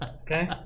okay